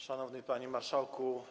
Szanowny Panie Marszałku!